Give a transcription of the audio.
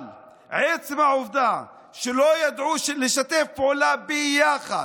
אבל עצם העובדה שלא ידעו לשתף פעולה ביחד,